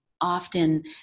often